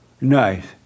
Nice